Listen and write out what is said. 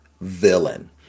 villain